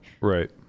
Right